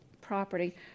property